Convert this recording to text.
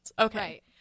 Okay